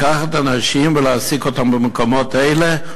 לקחת אנשים ולהעסיק אותם במקומות האלה?